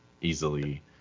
easily